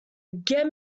get